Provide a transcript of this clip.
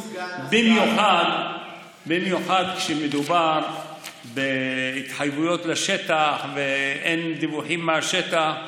במיוחד כשמדובר בהתחייבויות לשטח ואין דיווחים מהשטח.